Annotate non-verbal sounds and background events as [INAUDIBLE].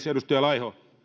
[UNINTELLIGIBLE] edustaja laiho